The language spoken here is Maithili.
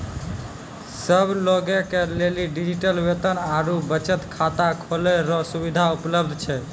सब लोगे के लेली डिजिटल वेतन आरू बचत खाता खोलै रो सुविधा उपलब्ध छै